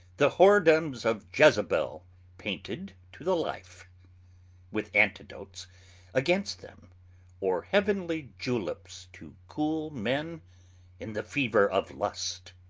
the whoredomes of jezebel painted to the life with antidotes against them or heavenly julips to cool men in the fever of lust.